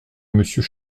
monsieur